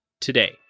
today